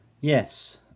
Yes